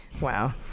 Wow